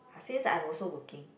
ah since I am also working